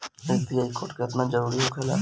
UPI code केतना जरुरी होखेला?